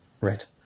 Right